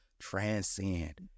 transcend